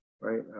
right